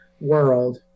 world